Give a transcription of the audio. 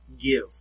give